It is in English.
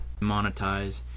monetize